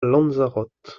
lanzarote